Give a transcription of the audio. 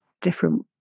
different